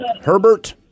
Herbert